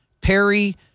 Perry